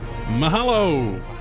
mahalo